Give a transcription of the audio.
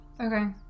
Okay